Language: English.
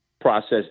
process